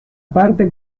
parte